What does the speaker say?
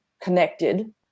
connected